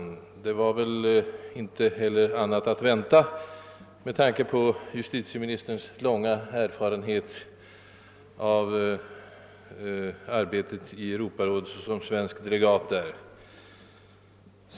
Något annat var väl inte heller att vänta med tanke på justitieministerns långa erfarenhet av arbetet som svensk delegat i Europarådet.